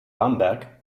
bamberg